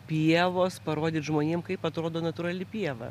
pievos parodyt žmonėm kaip atrodo natūrali pieva